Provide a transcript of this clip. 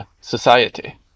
society